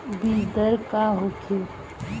बीजदर का होखे?